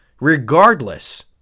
regardless